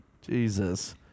Jesus